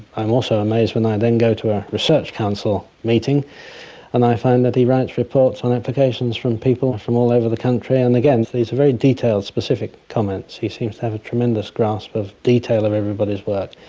i'm also amazed when i then go to a research council meeting and i find that he writes reports on applications from people from all over the country. and again, these are very detailed, specific comments. he seems to have a tremendous grasp of detail of everybody's work.